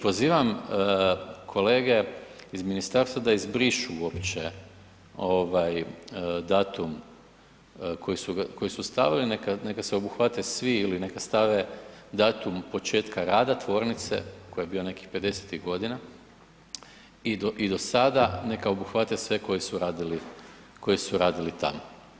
Pozivam kolege iz ministarstva da izbrišu uopće datum koji su stavili neka se obuhvate svi ili neka stave datum početka rada tvornice koji je bio nekih pedesetih godina i do sada neka obuhvate sve koji su radili tamo.